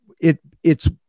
It—it's